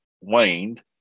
waned